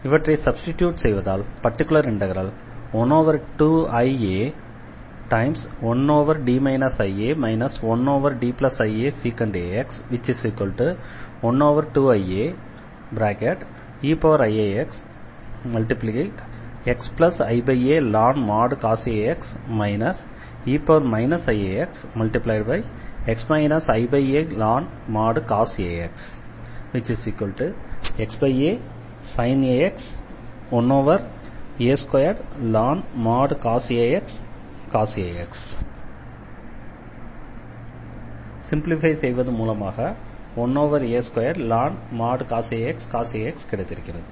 இவற்றை சப்ஸ்டிட்யூட் செய்வதால் particular integral 12ia1D ia 1Diasec ax 12iaeiaxxialn cos ax e iaxx ialn cos ax xasin ax 1a2ln |cos ax | cos ax simplify செய்வது மூலமாக 1a2ln |cos ax | cos ax கிடைத்திருக்கிறது